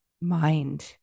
mind